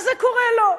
אז זה קורה לו.